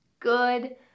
Good